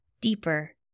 deeper